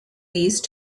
these